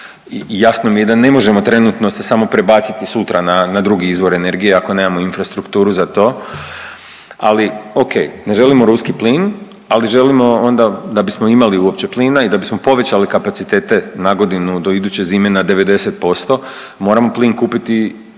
jasno mi je da ne možemo trenutno se samo prebaciti sutra na drugi izvor energije ako nemamo infrastrukturu za to, ali o.k. Ne želimo ruski plin, ali želimo onda da bismo imali uopće plina i da bismo povećali kapacitete na godinu do iduće zime na 90% moramo plin kupiti